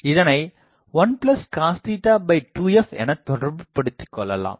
இதனை 1cos 2f எனத் தொடர்புபடுத்திக் கொள்ளலாம்